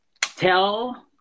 tell